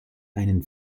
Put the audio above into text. einen